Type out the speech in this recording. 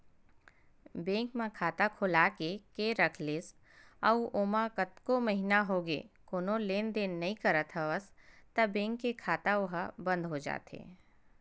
bank म खाता खोलाके के रख लेस अउ ओमा कतको महिना होगे कोनो लेन देन नइ करत हवस त बेंक के खाता ओहा बंद हो जाथे